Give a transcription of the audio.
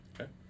Okay